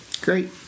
Great